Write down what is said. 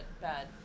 bad